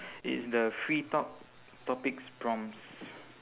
it is the free talk topics prompts